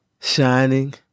shining